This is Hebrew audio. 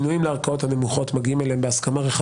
הוועדה לבחירת שופטים היא לא שוק ולא מכירה פומבית.